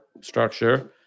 structure